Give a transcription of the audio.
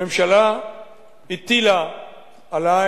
הממשלה הטילה עלי